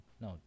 No